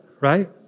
right